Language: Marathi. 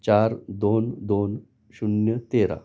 चार दोन दोन शून्य तेरा